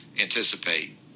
anticipate